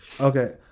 Okay